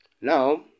Now